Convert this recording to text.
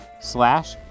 slash